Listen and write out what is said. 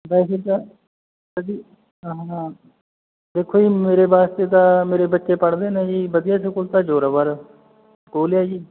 ਵੈਸੇ ਤਾਂ ਸਰ ਜੀ ਦੇਖੋ ਜੀ ਮੇਰੇ ਵਾਸਤੇ ਤਾਂ ਮੇਰੇ ਬੱਚੇ ਪੜ੍ਹਦੇ ਨੇ ਜੀ ਵਧੀਆ ਸਕੂਲ ਤਾਂ ਜ਼ੋਰਾਵਰ ਸਕੂਲ ਹੈ ਜੀ